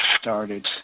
started